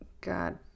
God